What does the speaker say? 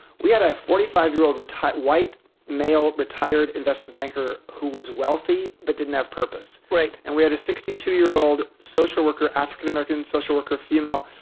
we had a forty five year old white male retired investment banker who was wealthy but didn't have purpose. right. and we had a sixty two year old social worker, african-american social worker female,